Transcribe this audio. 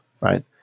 right